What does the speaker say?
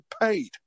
paid